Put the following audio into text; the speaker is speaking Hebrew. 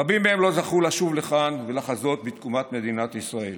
רבים מהם לא זכו לשוב לכאן לחזות בתקומת מדינת ישראל.